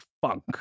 Funk